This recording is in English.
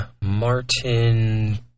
Martin